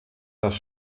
dass